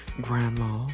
grandma